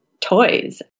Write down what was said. toys